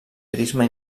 turisme